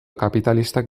kapitalistak